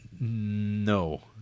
No